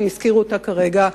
שהזכירו אותה כרגע,